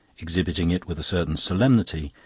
exhibiting it with a certain solemnity,